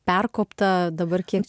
perkopta dabar kiek